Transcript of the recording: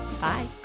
Bye